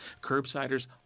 Curbsiders